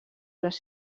les